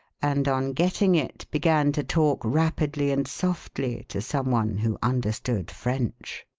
and, on getting it, began to talk rapidly and softly to some one who understood french.